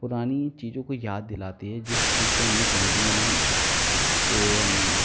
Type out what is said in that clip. पुरानी चीज़ों को याद दिलाती है जिस चीज पे हमने पेन्टिंग बनाई है जो हम